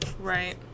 Right